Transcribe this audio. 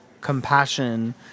compassion